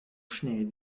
schnell